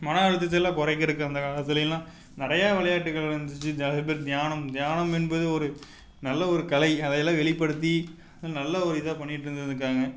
மன அழுத்தத்தெல்லாம் குறைக்கிறக்கு அந்த காலத்துலேலாம் நிறையா விளையாட்டுக்கள் வந்துச்சு நிறையா பேர் தியானம் தியானம் என்பது ஒரு நல்ல ஒரு கலை அதையெல்லாம் வெளிப்படுத்தி நல்ல ஒரு இதாக பண்ணிட்டு இருந்திருந்துருக்காங்க